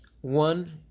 one